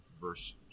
verse